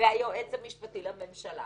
והיועץ המשפטי לממשלה